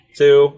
two